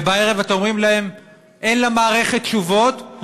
ובערב אתם אומרים להם: אין למערכת תשובות,